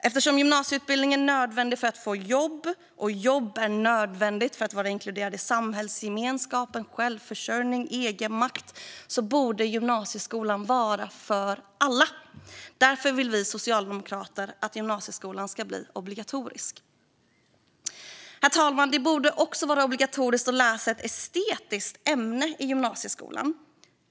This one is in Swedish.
Eftersom gymnasieutbildning är nödvändigt för att få jobb och eftersom jobb är nödvändigt för att vara inkluderad i samhällsgemenskapen, för självförsörjning och för egenmakt borde gymnasieskolan vara för alla. Därför vill vi socialdemokrater att gymnasieskolan ska bli obligatorisk. Herr talman! Det borde också vara obligatoriskt att läsa ett estetiskt ämne i gymnasieskolan.